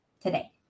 today